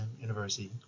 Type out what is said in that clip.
University